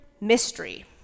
mystery